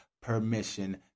permission